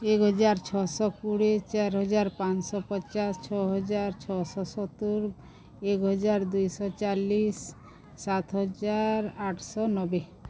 ଦୁଇ ହଜାର ଛଅ ଶହ କୋଡ଼ିଏ ଚାରି ହଜାର ପାଞ୍ଚଶହ ପଚାଶ ଛଅ ହଜାର ଛଅଶ ହ ସତୁରି ଏକ ହଜାର ଦୁଇ ଶହ ଚାଳିଶି ସାତ ହଜାର ଆଠଶହ ନବେ